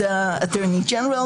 Canada Attorney General,